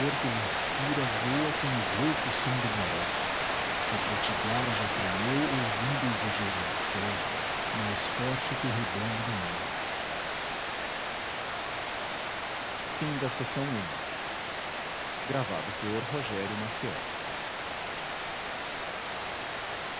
que ele inspira voa com o rouco som do boré o potiguara já tremeu ouvindo-o rugir na serra mais forte que o ribombo do mar martim vai a